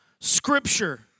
Scripture